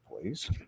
please